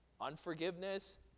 Unforgiveness